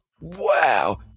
wow